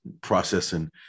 processing